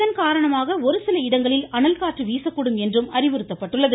இதன்காரணமாக ஒருசில இடங்களில் அனல்காற்று வீசக்கூடும் என்றும் அறிவுறுத்தப்பட்டுள்ளது